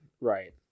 Right